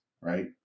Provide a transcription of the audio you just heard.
right